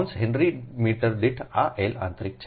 કૌંસ henry metre દીઠ આ L આંતરિક છે